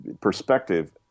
perspective